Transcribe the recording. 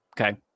Okay